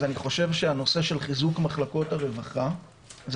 אז אני חושב שהנושא של חיזוק מחלקות הרווחה זה